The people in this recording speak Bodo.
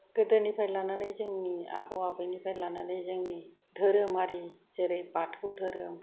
गोदोनिफ्राय लानानै जोंनि आबै आबौनिफ्राय लानानै जोंनि धोरोमारि जेरै बाथौ धोरोम